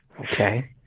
Okay